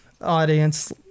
audience